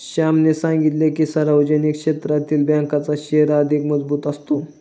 श्यामने सांगितले की, सार्वजनिक क्षेत्रातील बँकांचा शेअर अधिक मजबूत असतो